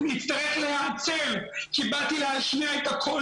אני אצטרך להיעצר כי באתי להשמיע את הקול